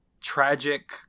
tragic